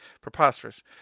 preposterous